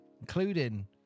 including